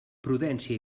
prudència